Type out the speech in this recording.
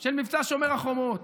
של מבצע שומר החומות,